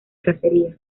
cacería